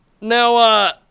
Now